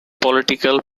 political